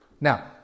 Now